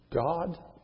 God